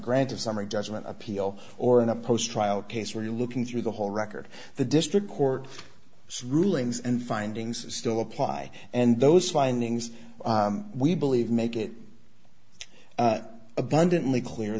grant of summary judgment appeal or in a post trial case where you're looking through the whole record the district court rulings and findings still apply and those findings we believe make it it's abundantly clear